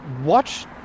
watch